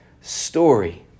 story